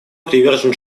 привержен